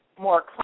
more